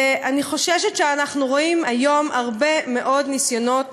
ואני חוששת שאנחנו רואים היום הרבה מאוד ניסיונות